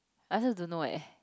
I also don't know leh